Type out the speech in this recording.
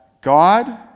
God